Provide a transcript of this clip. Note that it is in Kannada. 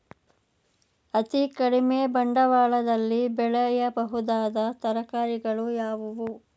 ಅತೀ ಕಡಿಮೆ ಬಂಡವಾಳದಲ್ಲಿ ಬೆಳೆಯಬಹುದಾದ ತರಕಾರಿಗಳು ಯಾವುವು?